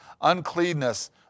Uncleanness